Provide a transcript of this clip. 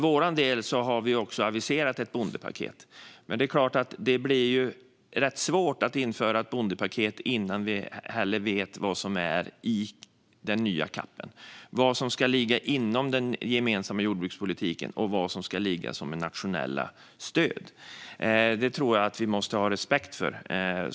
Vi har också aviserat ett bondepaket, men det blir rätt svårt att införa ett bondepaket innan vi vet vad som kommer i den nya CAP:en, innan vi vet vad som ska ligga inom den gemensamma jordbrukspolitiken och vad som ska ligga som nationella stöd. Detta tror jag att vi måste ha respekt för.